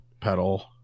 pedal